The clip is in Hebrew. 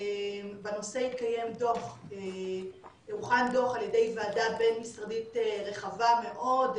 בנושא הוכן דוח על ידי ועדה בין משרדית רחבה מאוד,